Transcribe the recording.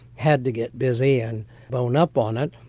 had to get busy and bone up on it.